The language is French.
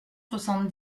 soixante